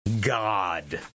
God